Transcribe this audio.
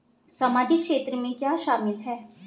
सामाजिक क्षेत्र में क्या शामिल है?